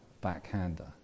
backhander